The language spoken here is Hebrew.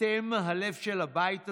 אתם הלב של הבית הזה,